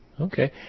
Okay